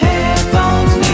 Headphones